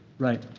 right.